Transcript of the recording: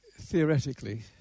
Theoretically